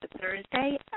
Thursday